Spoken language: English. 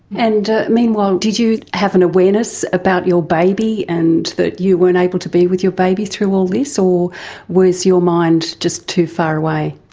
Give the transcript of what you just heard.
and meanwhile did you have an awareness about your baby and that you weren't able to be with your baby through all this, or was your mind just too far away?